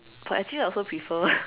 but actually I also prefer